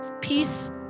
peace